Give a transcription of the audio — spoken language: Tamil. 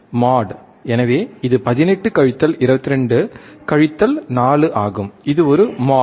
மோட் எனவே இது 18 கழித்தல் 22 கழித்தல் 4 ஆகும் இது ஒரு மோட்